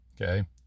okay